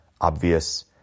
Obvious